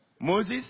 Moses